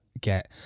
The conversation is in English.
get